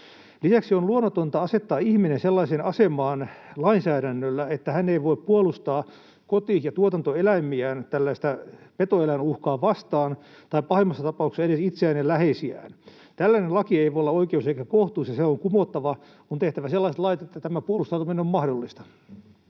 Lisäksi on luonnotonta asettaa ihminen lainsäädännöllä sellaiseen asemaan, että hän ei voi puolustaa koti- ja tuotantoeläimiään tällaista petoeläinuhkaa vastaan, tai pahimmassa tapauksessa edes itseään ja läheisiään. Tällainen laki ei voi olla oikeus eikä kohtuus, ja se on kumottava, ja on tehtävä sellaiset lait, että tämä puolustautuminen on mahdollista.